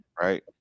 right